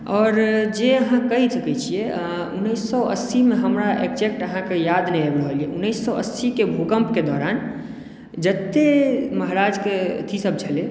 आओर जे अहाँ कहि सकै छीयै उन्नीस सए अस्सीमे हमरा एक्जेक्ट अहाँके याद नहि आबि रहल अछि उन्नीस सए अस्सीक भूकम्पके दौरान जतै महाराजके अथी सभ छलै